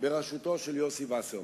בראשותו של יוסי וסרמן.